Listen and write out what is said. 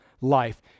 life